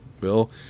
bill